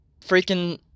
freaking